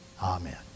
Amen